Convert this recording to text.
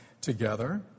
together